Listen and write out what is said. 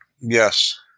Yes